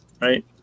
right